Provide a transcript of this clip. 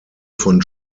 von